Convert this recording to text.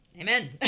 Amen